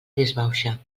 disbauxa